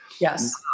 Yes